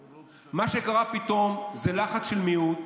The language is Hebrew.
לא היה הדיון הזה בדרך של הצעה לסדר-היום.